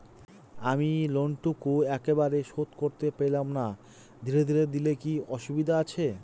আমি লোনটুকু একবারে শোধ করতে পেলাম না ধীরে ধীরে দিলে কি অসুবিধে আছে?